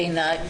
בעיניי,